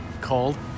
Cold